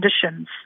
conditions